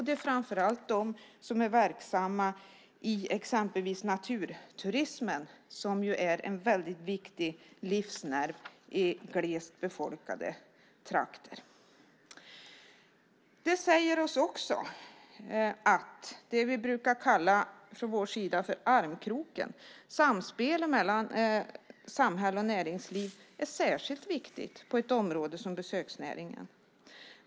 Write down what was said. Det är framför allt de som är verksamma i exempelvis naturturismen, som är en väldigt viktig livsnerv i glest befolkade trakter. Det säger oss också att det vi från vår sida brukar kalla för armkroken, samspelet mellan samhälle och näringsliv, är särskilt viktig på ett område som besöksnäringen.